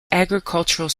agricultural